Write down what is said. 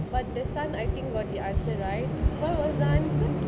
but the sun I think got the answer right what was the answer